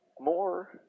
More